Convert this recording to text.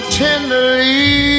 tenderly